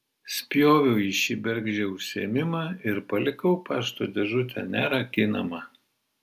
spjoviau į šį bergždžią užsiėmimą ir palikau pašto dėžutę nerakinamą